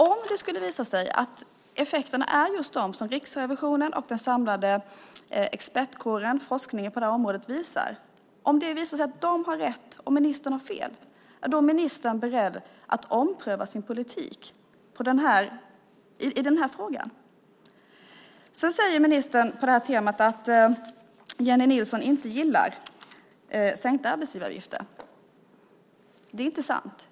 Om det skulle visa sig att effekterna är just de som Riksrevisionen och den samlade expertkåren, forskningen, på området visar, att de har rätt och ministern har fel, är ministern beredd att ompröva sin politik i den här frågan? Ministern säger på temat att Jennie Nilsson inte gillar sänkta arbetsgivaravgifter. Det är inte sant.